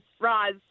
Roz